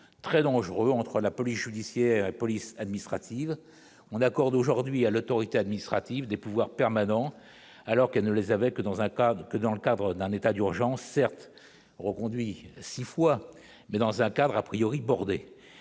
très dangereux entre la police judiciaire, police administrative on accorde aujourd'hui à l'autorité administrative des pouvoirs permanent alors qu'elle ne les avait que dans un cas que dans le cadre d'un état d'urgence certes reconduit 6 fois, mais dans un cadre a priori border